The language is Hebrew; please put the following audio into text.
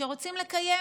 שרוצים לקיים